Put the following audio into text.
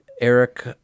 Eric